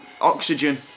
oxygen